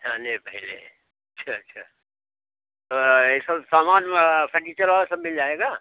थाने पहले अच्छा अच्छा तो ये सब समान फ़र्नीचर वाला सब मिल जाएगा